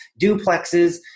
duplexes